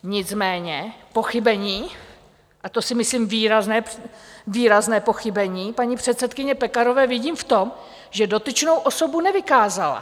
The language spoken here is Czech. Nicméně pochybení, a to si myslím výrazné pochybení, paní předsedkyně Pekarové vidím v tom, že dotyčnou osobu nevykázala.